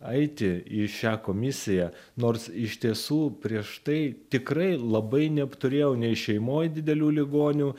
eiti į šią komisiją nors iš tiesų prieš tai tikrai labai neapturėjau nei šeimoj didelių ligonių